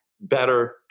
Better